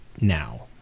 now